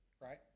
right